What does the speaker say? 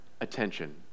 attention